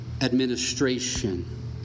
administration